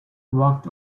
walked